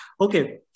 okay